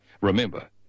Remember